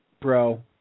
bro